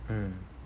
mm